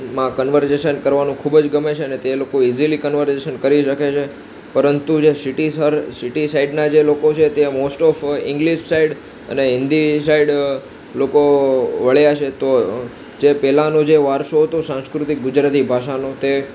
માં કનવર્જેશન કરવાનું ખૂબ જ ગમે છે અને તે લોકો ઇઝીલી કનવરઝેશન કરી શકે છે પરંતુ જે સિટી સાઇડના જે લોકો છે તે મોસ્ટ ઓફ ઇંગ્લિસ સાઈડ અને હિન્દી સાઈડ લોકો વળ્યા છે તો જે પેલાનું જે વારસો હતો સાંસ્કૃતિક ગુજરાતી ભાષાનો તે